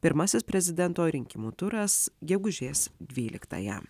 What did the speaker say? pirmasis prezidento rinkimų turas gegužės dvyliktąją